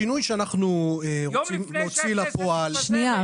יום לפני שהכנסת מתפזרת?